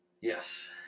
Yes